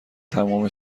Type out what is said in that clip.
تمام